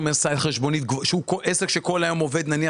שהוא עסק שכל היום נותן